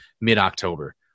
mid-October